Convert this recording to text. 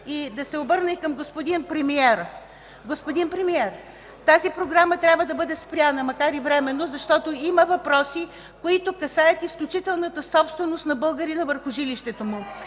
и да се обърна към господин Премиера. Господин Премиер, тази програма трябва да бъде спряна, макар и временно, защото има въпроси, които касаят изключителната собственост на българина върху жилището му